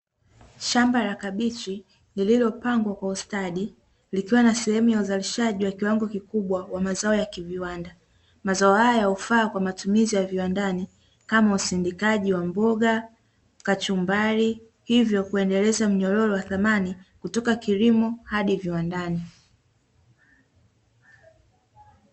Shamba la kabichi lililopangwa kwa ustadi likiwa na sehemu ya uzalishaji wa kiwango kikubwa wa mazao ya kiviwanda, mazao haya hufaa kwa matumizi ya viwandani, kama usindikaji wa mboga, kachumbari hivyo kuendeleza mnyororo wa thamani kutoka kilimo hadi viwandani.